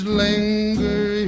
linger